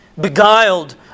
beguiled